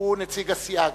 מיהו נציג הסיעה.